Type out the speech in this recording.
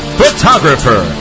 photographer